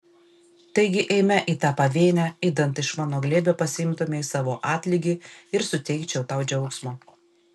taigi eime į tą pavėnę idant iš mano glėbio pasiimtumei savo atlygį ir suteikčiau tau džiaugsmo